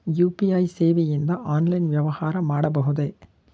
UPI ಸೇವೆಯಿಂದ online ವ್ಯವಹಾರ ಮಾಡಬಹುದೇ?